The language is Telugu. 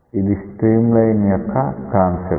ఇది స్ట్రీమ్ లైన్ యొక్క కాన్సెప్ట్